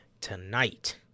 tonight